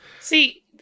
See